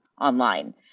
online